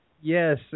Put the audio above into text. Yes